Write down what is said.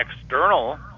external